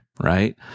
right